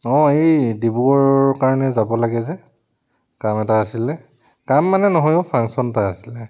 অঁ এই ডিব্ৰুগড় কাৰণে যাব লাগে যে কাম এটা আছিলে কাম মানে নহয় অ' ফাংশ্যন এটা আছিলে